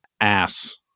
ass